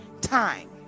time